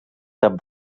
cap